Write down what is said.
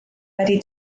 wedi